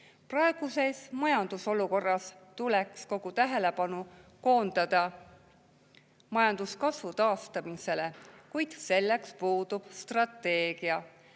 Praeguses majandusolukorras tuleks kogu tähelepanu koondada majanduskasvu taastamisele, kuid selleks puudub strateegia.